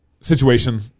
situation